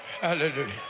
Hallelujah